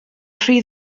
rhy